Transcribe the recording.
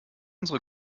unsere